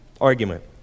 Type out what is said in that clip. argument